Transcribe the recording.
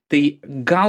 tai gal